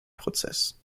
prozess